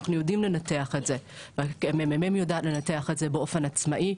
אנחנו יודעים לנתח את זה והמ.מ.מ יודע לנתח את זה באופן עצמאי.